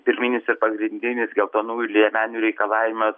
pirminis ir pagrindinis geltonųjų liemenių reikalavimas